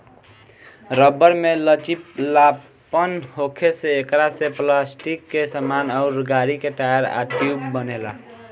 rubber में लचीलापन होखे से एकरा से पलास्टिक के सामान अउर गाड़ी के टायर आ ट्यूब बनेला